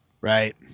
Right